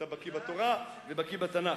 אתה בקי בתורה ובקי בתנ"ך,